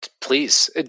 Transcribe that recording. Please